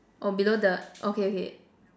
oh below the okay okay